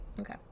Okay